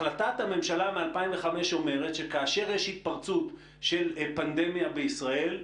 החלטת הממשלה מ-2005 אומרת שכאשר יש התפרצות של פנדמיה בישראל,